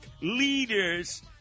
leaders